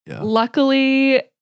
Luckily